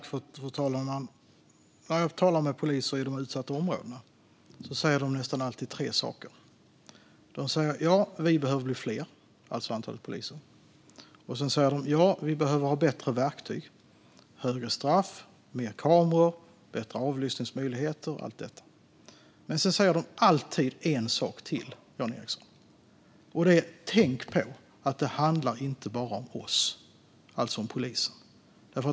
Fru talman! När jag talar med poliser i de utsatta områdena säger de nästan alltid tre saker. De säger att de behöver bli fler, alltså att antalet poliser behöver bli större. De säger att de behöver ha bättre verktyg, till exempel högre straff, mer kameror och bättre avlyssningsmöjligheter. De säger också alltid en sak till, Jan Ericson. De säger att man ska tänka på att det inte bara handlar om dem, alltså om polisen.